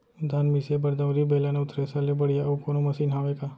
धान मिसे बर दउरी, बेलन अऊ थ्रेसर ले बढ़िया अऊ कोनो मशीन हावे का?